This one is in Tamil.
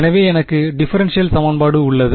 எனவே எனக்கு டிஃபரென்ஷியல் சமன்பாடு உள்ளது